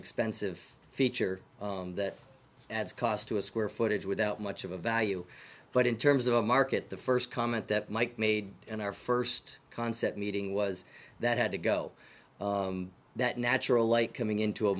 expensive feature that adds cost to a square footage without much of a value but in terms of a market the first comment that mike made and our first concept meeting was that had to go that natural light coming into a